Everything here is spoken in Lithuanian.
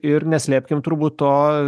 ir neslėpkim turbūt to